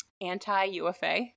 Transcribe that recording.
anti-UFA